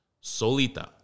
Solita